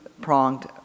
pronged